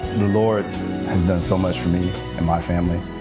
the lord has done so much for me and my family.